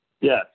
Yes